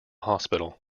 hospital